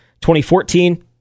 2014